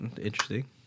Interesting